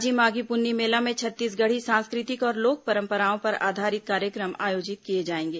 राजिम माघी पुन्नी मेला में छत्तीसगढ़ी सांस्कृतिक और लोक परम्पराओं पर आधारित कार्यक्रम आयोजित किए जाएंगे